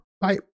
Bye